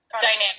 dynamic